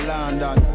London